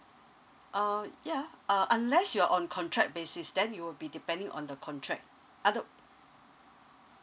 uh ya uh unless you're on contract basis then you will be depending on the contract other